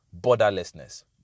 borderlessness